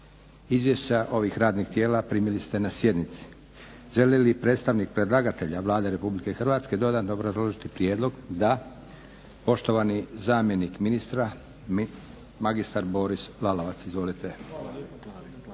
Izvješća ovih radnih tijela primili ste na sjednici. Želi li predstavnik predlagatelja Vlade Republike Hrvatske dodatno obrazložiti prijedlog? Da. Poštovani zamjenik ministra magistar Boris Lalovac. Izvolite.